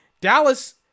Dallas